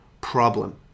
problem